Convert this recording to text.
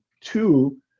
two